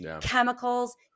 chemicals